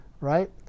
Right